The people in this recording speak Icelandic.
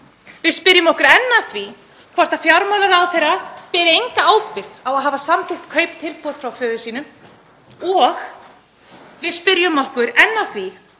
Við spyrjum okkur enn að því hvort fjármálaráðherra beri enga ábyrgð á að hafa samþykkt kauptilboð frá föður sínum. Og við spyrjum okkur enn að því